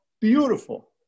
beautiful